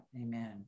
Amen